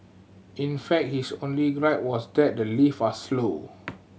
in fact his only gripe was that the lift are slow